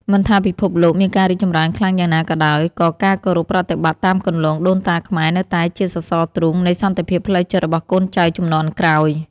មិនថាពិភពលោកមានការរីកចម្រើនខ្លាំងយ៉ាងណាក៏ដោយ ក៏ការគោរពប្រតិបត្តិតាមគន្លងដូនតាខ្មែរនៅតែជាសរសរទ្រូងនៃសន្តិភាពផ្លូវចិត្តរបស់កូនចៅជំនាន់ក្រោយ។